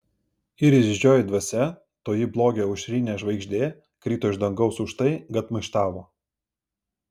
ir išdidžioji dvasia toji blogio aušrinė žvaigždė krito iš dangaus už tai kad maištavo